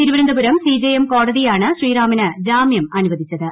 Thiruvananthapuram CJM കോടതിയാണ് ശ്രീറാമിന് ജാമ്യം അനുവദിച്ചത്